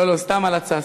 לא לא, סתם הלצה.